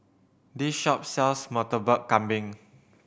this shop sells Murtabak Kambing